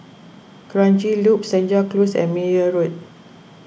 Kranji Loop Senja Close and Meyer Road